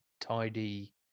tidy